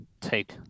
take